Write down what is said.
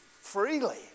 freely